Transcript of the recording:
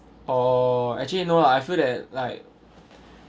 oh actually no lah I feel that like